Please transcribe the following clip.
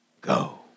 go